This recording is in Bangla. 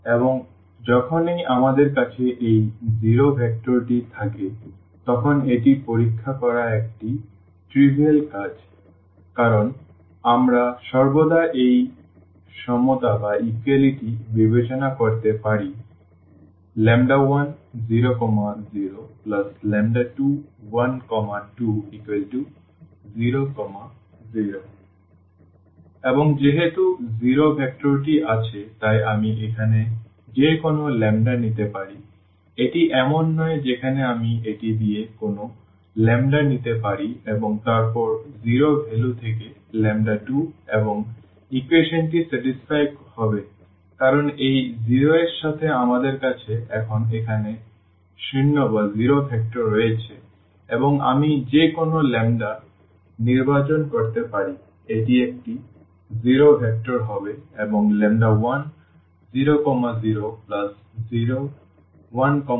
এবং যখনই আমাদের কাছে এই শূন্য ভেক্টরটি থাকে তখন এটি পরীক্ষা করা একটি তুচ্ছ কাজ কারণ আমরা সর্বদা এই সমতা বিবেচনা করতে পারি 10021200 এবং যেহেতু শূন্য ভেক্টর টি আছে তাই আমি এখানে যে কোনও ল্যাম্বডা নিতে পারি এটি এমন নয় যেখানে আমি এটি দিয়ে কোনও ল্যাম্বডা নিতে পারি এবং তারপর 0 ভ্যালু থেকে 2 এবং ইকুয়েশনটি সন্তুষ্ট হবে কারণ এই 0 এর সাথে আমাদের কাছে এখন এখানে শূন্য ভেক্টর রয়েছে এবং আমি যে কোনও নির্বাচন করতে পারি এটি একটি শূন্য ভেক্টর হবে এবং 10001200